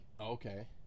Okay